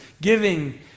giving